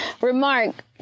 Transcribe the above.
remark